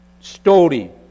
story